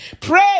Pray